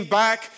back